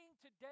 today